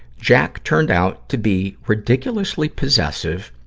jack turned out to be ridiculously possessive,